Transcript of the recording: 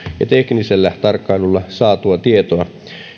ja teknisellä tarkkailulla saatua tietoa